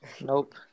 Nope